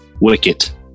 wicket